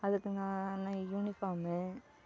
அதுக்குன்னு ஆனால் யூனிஃபாம்